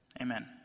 Amen